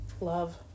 love